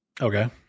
Okay